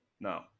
now